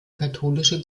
katholische